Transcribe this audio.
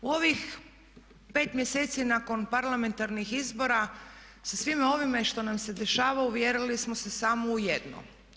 U ovih 5 mjeseci nakon parlamentarnih izbora sa svime ovime što nam se dešava uvjerili smo se samo u jedno.